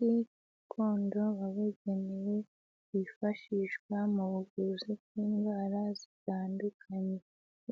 Umuti gakondo wabugenewe wifashishwa mu buvuzi bw'indwara zitandukanye,